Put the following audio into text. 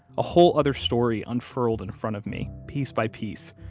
a whole other story unfurled in front of me piece by piece.